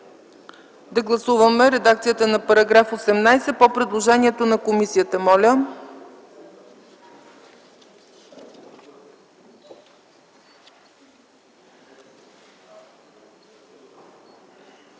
да гласуваме редакцията на § 18 по предложението на комисията.